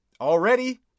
Already